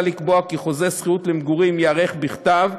לקבוע כי חוזה שכירות למגורים ייערך בכתב,